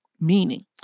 meaning